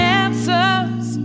answers